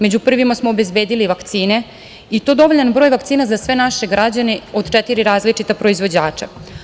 Među prvima smo obezbedili vakcine, i to dovoljan broj vakcina za sve naše građane od četiri različita proizvođača.